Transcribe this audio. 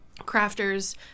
crafters